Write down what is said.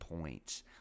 points